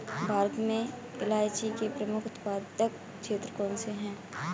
भारत में इलायची के प्रमुख उत्पादक क्षेत्र कौन से हैं?